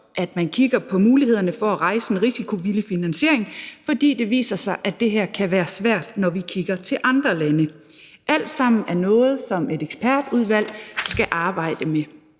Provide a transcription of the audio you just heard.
at man kigger på mulighederne for at rejse en risikovillig finansiering, fordi det viser sig, at det her kan være svært, når vi kigger til andre lande. Alt sammen er noget, som et ekspertudvalg skal arbejde med.